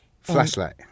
Flashlight